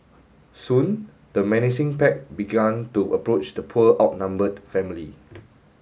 soon the menacing pack begun to approach the poor outnumbered family